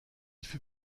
fut